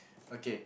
okay